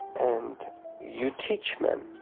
and you teach men,